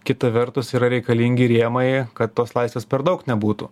kita vertus yra reikalingi rėmai kad tos laisvės per daug nebūtų